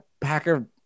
Packer